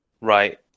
right